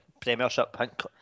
Premiership